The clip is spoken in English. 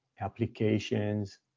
applications